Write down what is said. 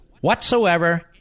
whatsoever